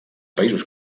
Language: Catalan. països